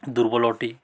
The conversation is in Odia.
ଦୁର୍ବଳ ଅଟେ